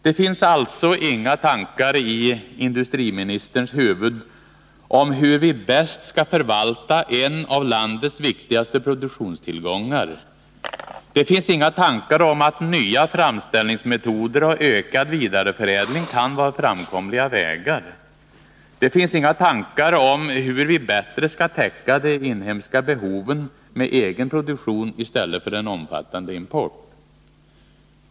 Det finns alltså inga tankar i industriministerns huvud om hur vi bäst skall förvalta en av landets viktigaste produktionstillgångar. Det finns inga tankar om att nya framställningsmetoder och ökad vidareförädling kan vara framkomliga vägar. Det finns inga tankar om hur vi bättre skall täcka de inhemska behoven med egen produktion i stället för en omfattande import.